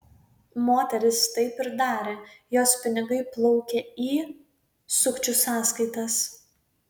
moteris taip ir darė jos pinigai plaukė į sukčių sąskaitas